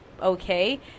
okay